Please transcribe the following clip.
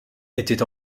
était